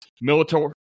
Military